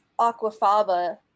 aquafaba